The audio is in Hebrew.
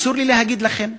"אסור לי להגיד לכם,